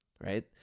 right